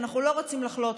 ואנחנו לא רוצים לחלות,